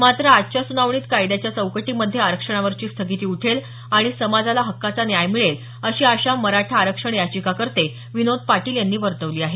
मात्र आजच्या सुनावणीत कायद्याच्या चौकटीमध्ये आरक्षणावरची स्थगिती उठेल आणि समाजाला हक्काचा न्याय मिळेल अशी आशा मराठा आरक्षण याचिकाकर्ते विनोद पाटील यांनी वर्तवली आहे